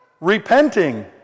Repenting